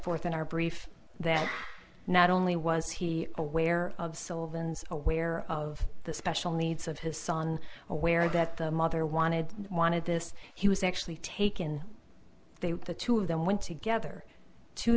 forth in our brief that not only was he aware of sylvan aware of the special needs of his son aware that the mother wanted wanted this he was actually taken they were the two of them went together to